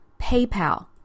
PayPal